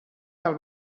del